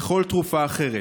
ככל תרופה אחרת.